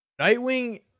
Nightwing